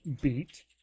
beat